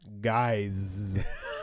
guys